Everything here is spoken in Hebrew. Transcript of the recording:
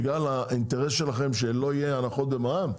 בגלל האינטרס שלכם שלא יהיו הנחות במע"מ,